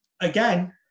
Again